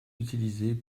utilisées